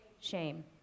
shame